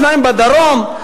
שניים בדרום.